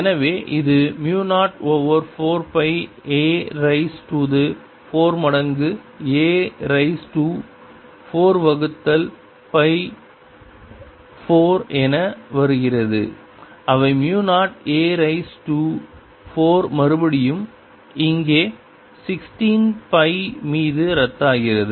எனவே இது mu 0 over 4 pi a raise to 4 மடங்கு a ரீஸ் டூ 4 வகுத்தல் பை 4 என வருகிறது அவை மு 0 a ரீஸ் டூ 4 மறுபடியும் இங்கே 16 பை மீது ரத்தாகிறது